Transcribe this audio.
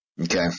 Okay